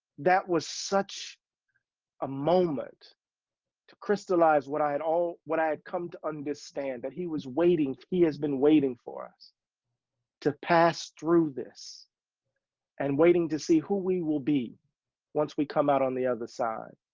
that was such a moment to crystallize what i had, all what i had come to understand that he was waiting, he has been waiting for us to pass through this and waiting to see who we will be once we come out on the other side.